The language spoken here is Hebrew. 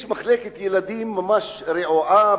יש מחלקת ילדים ממש רעועה,